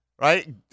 Right